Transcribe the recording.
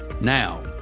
Now